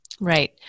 Right